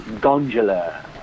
Gondola